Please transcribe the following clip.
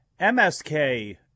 msk